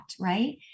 right